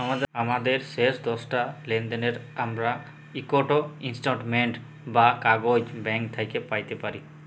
আমাদের শেষ দশটা লেলদেলের আমরা ইকট ইস্ট্যাটমেল্ট বা কাগইজ ব্যাংক থ্যাইকে প্যাইতে পারি